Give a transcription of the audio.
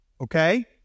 okay